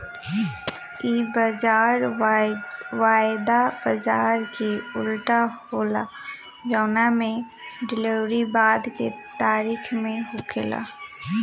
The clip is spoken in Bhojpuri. इ बाजार वायदा बाजार के उल्टा होला जवना में डिलेवरी बाद के तारीख में होखेला